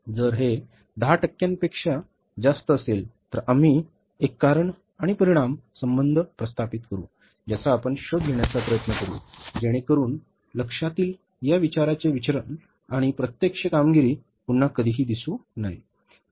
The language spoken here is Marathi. जर हे 10 टक्क्यांपेक्षा जास्त असेल तर आम्ही एक कारण आणि परिणाम संबंध प्रस्थापित करू ज्याचा आपण शोध घेण्याचा प्रयत्न करू जेणेकरुन लक्ष्यातील या प्रकारचे विचलन आणि प्रत्यक्ष कामगिरी पुन्हा कधीही दिसू नये